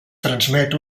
transmet